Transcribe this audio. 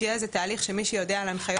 שיהיה על זה תהליך שמי שיודע על ההנחיות.